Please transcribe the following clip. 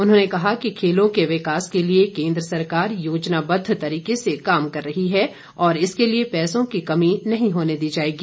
उन्होंने कहा कि खेलों के विकास के लिए केंद्र सरकार योजनाबद्द तरीके से काम कर रही है और इसके लिए पैसे की कमी नहीं होने दी जाएगी